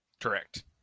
Correct